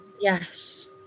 Yes